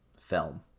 film